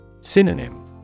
Synonym